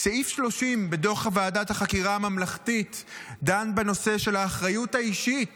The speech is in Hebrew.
--- "סעיף 30 בדוח ועדת החקירה הממלכתית דן בנושא של 'האחריות האישית